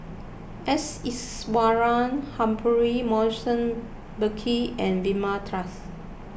S Iswaran Humphrey Morrison Burkill and Vilma Laus